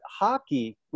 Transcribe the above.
hockey